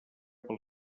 pel